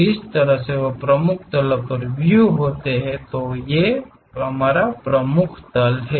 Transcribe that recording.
जिस तरह से प्रमुख तलो पर व्यू होते हैं ये प्रमुख तल हैं